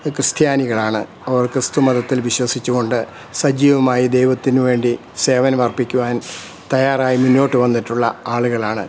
ക്രിസ്ത്യാനികളാണ് അവർ ക്രിസ്തു മതത്തിൽ വിശ്വസിച്ചുകൊണ്ട് സജീവമായി ദൈവത്തിനുവേണ്ടി സേവനം അർപ്പിക്കുവാൻ തയ്യാറായി മുന്നോട്ടു വന്നിട്ടുള്ള ആളുകളാണ്